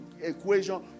equation